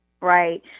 Right